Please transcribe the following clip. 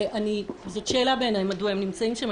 זו שאלה בעיניי מדוע הם נמצאים שם,